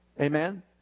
Amen